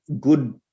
good